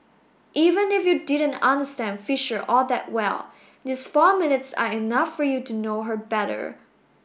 even if you didn't understand Fisher all that well these four minutes are enough for you to know her better